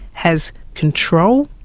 has control,